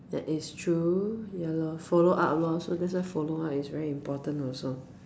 that is true ya lor follow up lor so that's why follow up is very important also